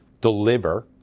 deliver